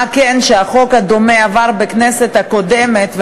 מה עוד שחוק דומה עבר בכנסת הקודמת,